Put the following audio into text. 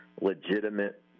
legitimate